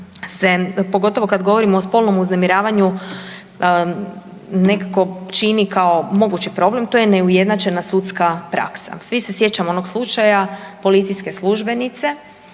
se, pogotovo kad govorimo o spolnom uznemiravanju, nekako čini kao mogući problem, to je neujednačena sudska praksa. Svi se sjećamo onog slučaja policijske službenice